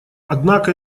однако